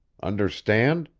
understand?